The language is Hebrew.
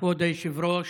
כבוד היושב-ראש,